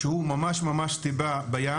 שהוא ממש טיפה בים.